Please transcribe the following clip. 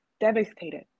devastated